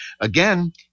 Again